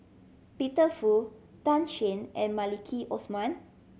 Peter Fu Tan Shen and Maliki Osman